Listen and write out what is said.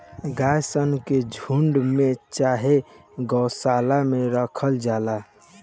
गाय सन के झुण्ड में चाहे गौशाला में राखल जाला